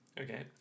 Okay